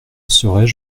serais